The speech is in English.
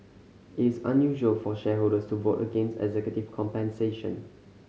it is unusual for shareholders to vote against executive compensation